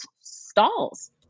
stalls